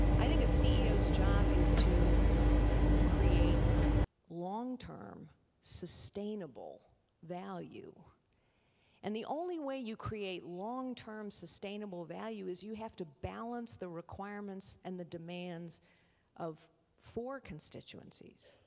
i think a ceo's job is to create long-term sustainable value and the only way you create long-term sustainable value is you have to balance the requirements and the demands of four constituencies.